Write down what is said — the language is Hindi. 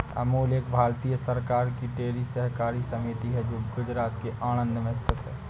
अमूल एक भारतीय सरकार की डेयरी सहकारी समिति है जो गुजरात के आणंद में स्थित है